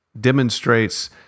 demonstrates